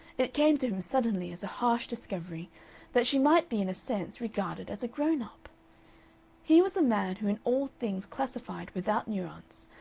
it came to him suddenly as a harsh discovery that she might be in a sense regarded as grownup. he was a man who in all things classified without nuance,